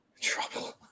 Trouble